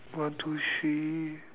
one two three